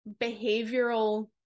behavioral